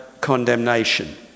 condemnation